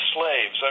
Slaves